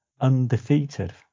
undefeated